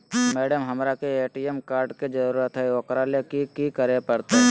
Madam, हमरा के ATM card के जरूरत है ऊकरा ले की की करे परते?